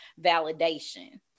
validation